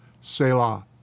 Selah